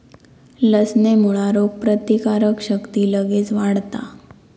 लसणेमुळा रोगप्रतिकारक शक्ती लगेच वाढता